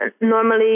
normally